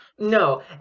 no